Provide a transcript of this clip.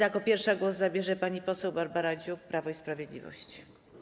Jako pierwsza głos zabierze pani poseł Barbara Dziuk, Prawo i Sprawiedliwość.